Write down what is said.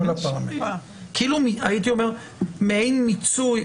כאילו, הייתי אומר מעיין מיצוי.